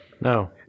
No